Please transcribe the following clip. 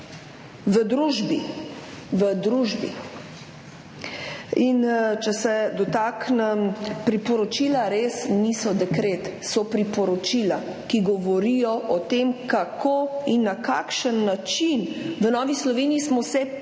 V družbi. Če se dotaknem – priporočila res niso dekret, so priporočila, ki govorijo o tem, kako in na kakšen način. V Novi Sloveniji smo se potrudili,